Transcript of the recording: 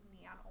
neon